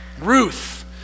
Ruth